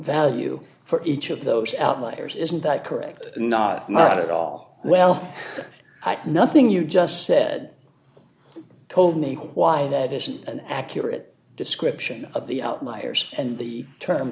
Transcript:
value for each of those outliers isn't that correct not not at all well nothing you just said told me why that isn't an accurate description of the outliers and the term